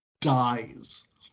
dies